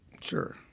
Sure